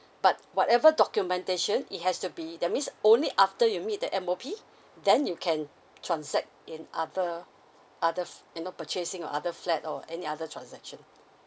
but whatever documentation it has to be that means only after you meet the M_O_P then you can transact in other other f~ you know purchasing of other flat or any other transaction